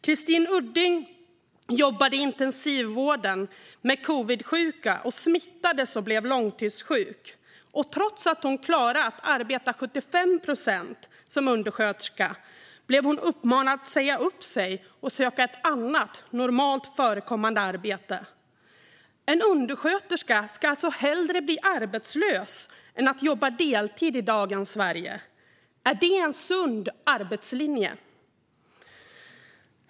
Christine Udding jobbade i intensivvården med covidsjuka, smittades och blev långtidssjuk. Trots att hon klarade att arbeta 75 procent som undersköterska blev hon uppmanad att säga upp sig och söka ett annat, normalt förekommande, arbete. En undersköterska ska alltså hellre bli arbetslös än jobba deltid i dagens Sverige. Är det en sund arbetslinje?